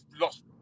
lost